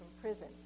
prison